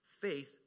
faith